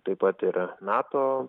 taip pat ir nato